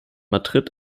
madrid